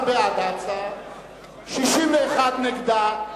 14 בעד ההצעה, 61 נגדה,